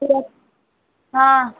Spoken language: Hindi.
हाँ